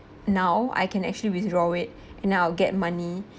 now I can actually withdraw it and now I'll get money